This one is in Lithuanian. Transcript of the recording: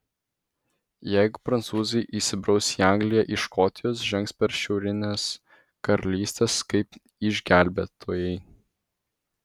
jeigu prancūzai įsibraus į angliją iš škotijos žengs per šiaurines karalystes kaip išgelbėtojai